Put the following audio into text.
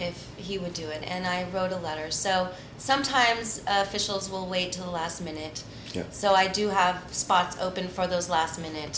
if he would do it and i wrote a letter so sometimes officials will wait till the last minute so i do have the spots open for those last minute